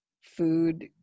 food